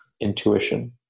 intuition